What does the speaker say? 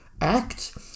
act